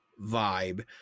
vibe